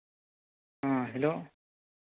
ᱦᱮᱸ ᱦᱮᱞᱳ